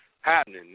happening